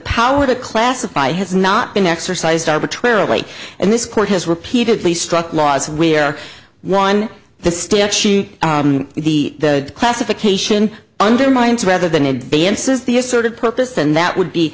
power to classify has not been exercised arbitrarily and this court has repeatedly struck laws where one the statute the classification undermines rather than advances the asserted purpose and that would be